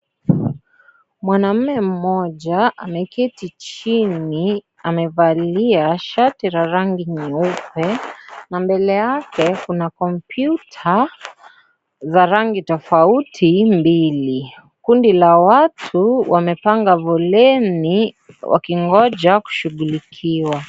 Mwanamume mmoja ameketi chini. Amevalia shati la rangi nyeupe na mbele yake kuna kompyuta za rangi tofauti mbili. Kundi la watu wamepanga foleni wakingoja kushughulikiwa.